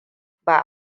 ba